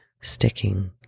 sticking